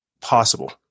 possible